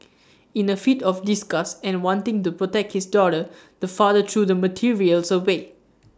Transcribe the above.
in A fit of disgust and wanting to protect his daughter the father threw the materials away